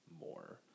more